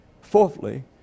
Fourthly